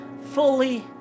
fully